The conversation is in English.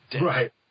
Right